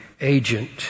agent